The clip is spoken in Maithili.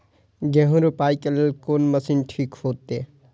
गेहूं रोपाई के लेल कोन मशीन ठीक होते?